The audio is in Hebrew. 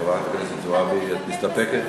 חברת הכנסת זועבי, את מסתפקת,